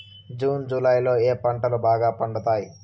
June July లో ఏ పంటలు బాగా పండుతాయా?